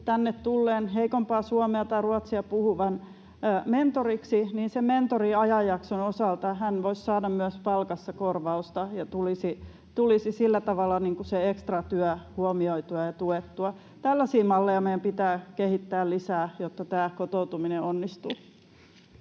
tänne tulleen, heikompaa suomea tai ruotsia puhuvan mentoriksi, niin sen mentoriajanjakson osalta hän voisi saada myös palkassa korvausta ja tulisi sillä tavalla se ekstratyö huomioitua ja tuettua. Tällaisia malleja meidän pitää kehittää lisää, jotta tämä kotoutuminen onnistuu.